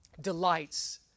delights